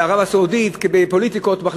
בערב-הסעודית ופוליטיקות.